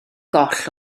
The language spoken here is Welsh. goll